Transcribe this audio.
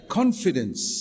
confidence